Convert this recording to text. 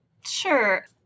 Sure